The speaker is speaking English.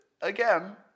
again